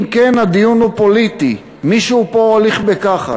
אם כן, הדיון הוא פוליטי, מישהו פה הוליך בכחש,